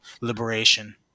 Liberation